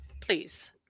Please